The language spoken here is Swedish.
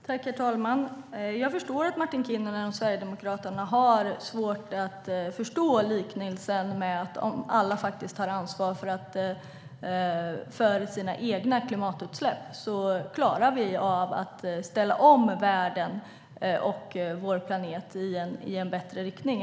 Herr talman! Jag förstår att Martin Kinnunen och Sverigedemokraterna har svårt att förstå liknelsen, som handlar om att om alla tar ansvar för sina egna klimatutsläpp klarar vi att ställa om världen i en bättre riktning.